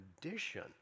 condition